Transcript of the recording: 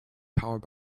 powered